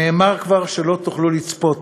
נאמר כבר שלא תוכלו לצפות את